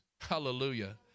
Hallelujah